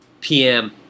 PM